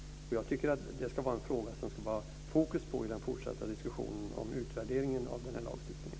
Jag tycker att det ska vara en fråga som det ska vara fokus på i den fortsatta diskussionen om utvärderingen av lagstiftningen.